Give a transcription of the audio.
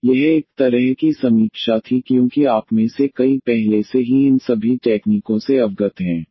तो यह एक तरह की समीक्षा थी क्योंकि आप में से कई पहले से ही इन सभी टेक्नीकों से अवगत हैं